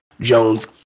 Jones